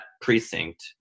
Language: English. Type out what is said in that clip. precinct